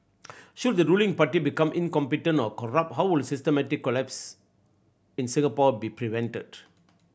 should the ruling party become incompetent or corrupt how would a systematic collapse in Singapore be prevented